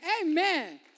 Amen